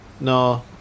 No